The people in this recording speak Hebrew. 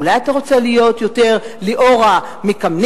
או אולי אתה רוצה להיות יותר ליאורה מקמינצקי,